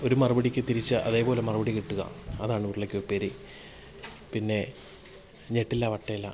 ഒരു മറുപടിക്ക് തിരിച്ച് അതേപോലെ മറുപടി കിട്ടുക അതാണ് ഉരുളക്കുപ്പേരി പിന്നെ ഞെട്ടില്ല വട്ടയില്ല